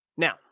Now